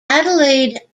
adelaide